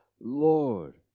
Lord